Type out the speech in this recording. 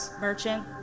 Merchant